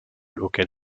auquel